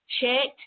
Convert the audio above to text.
checked